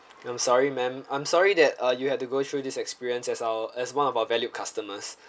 I'm sorry ma'am I'm sorry that uh you had to go through this experience as our as one of our valued customers